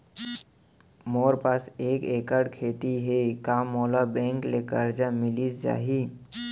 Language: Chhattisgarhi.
मोर पास एक एक्कड़ खेती हे का मोला बैंक ले करजा मिलिस जाही?